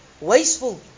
wasteful